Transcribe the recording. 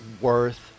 worth